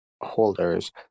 holders